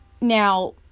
Now